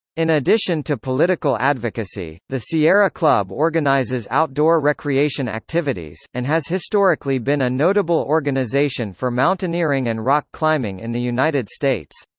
in addition to political advocacy, the sierra club organizes outdoor recreation activities, and has historically been a notable organization for mountaineering and rock climbing in the united states.